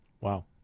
Wow